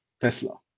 Tesla